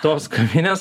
tos kavinės